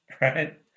right